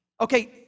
okay